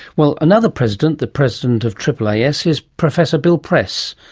well, another president, the president of aaas, is professor bill press,